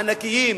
הענקיים,